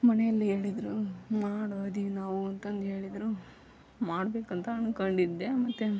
ಮನೆಯಲ್ಲಿ ಹೇಳಿದ್ರು ಮಾಡು ಅದೀವಿ ನಾವು ಅಂತಂದೇಳಿದರು ಮಾಡಬೇಕಂತ ಅಂದ್ಕೊಂಡಿದ್ದೆ ಮತ್ತು